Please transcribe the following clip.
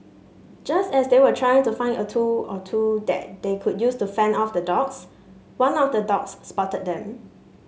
just as they were trying to find a tool or two that they could use to fend off the dogs one of the dogs spotted them